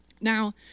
Now